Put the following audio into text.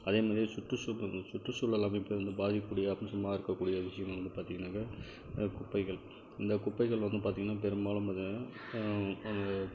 அதே மாதிரி சுற்றுசூழல் சுற்றுச்சூழல் அமைப்பு வந்து பாதிக்கக்கூடிய அம்சமாக இருக்கக்கூடிய விஷயம் வந்து பார்த்தீங்கன்னாக்கா குப்பைகள் இந்த குப்பைகள் வந்து பார்த்தீங்கன்னா பெரும்பாலும் பார்த்தீங்கன்னா அங்கே